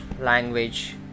language